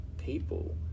people